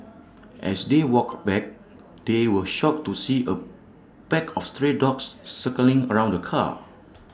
as they walked back they were shocked to see A pack of stray dogs circling around the car